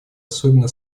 особенно